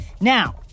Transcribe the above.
Now